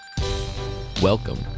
Welcome